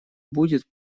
будет